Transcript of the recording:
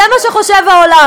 זה מה שחושב העולם.